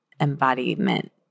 embodiment